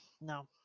no